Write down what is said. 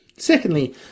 Secondly